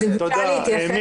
אפשר להתייחס בבקשה?